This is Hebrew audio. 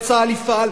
וצה"ל יפעל,